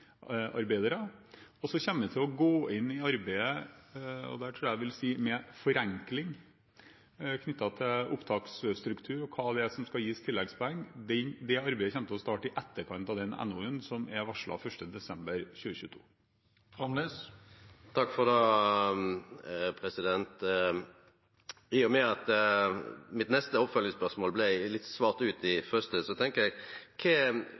Vi kommer til å gå inn i arbeidet med det jeg tror jeg vil si er forenkling knyttet til opptaksstruktur og hva det er som skal gis tilleggspoeng. Det arbeidet kommer til å starte i etterkant av den NOU-en som er varslet 1. desember 2022. I og med at mitt neste oppfølgingsspørsmål blei litt svart ut tidlegare, kva kan ministeren og regjeringa gjere for å få fortgang i